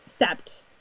Sept